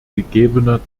gegebener